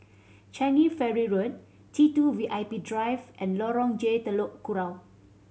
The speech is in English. Changi Ferry Road T Two V I P Drive and Lorong J Telok Kurau